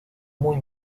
muy